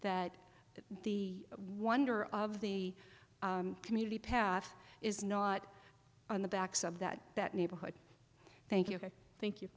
that the one dollar of the community path is not on the backs of that that neighborhood thank you thank you